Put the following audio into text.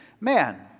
Man